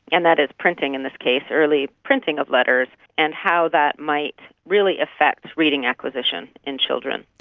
and that is printing in this case, early printing of letters, and how that might really affect reading acquisition in children.